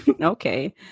Okay